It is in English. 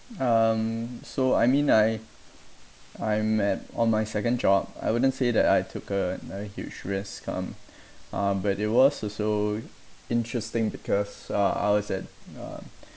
um so I mean I I'm at on my second job I wouldn't say that I took another huge risk um uh but it was also interesting because uh I was at uh